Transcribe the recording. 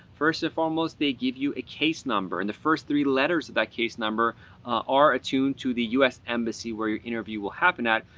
first and foremost, they give you a case number and the first three letters of that case number are attuned to the us embassy where your interview will happen at.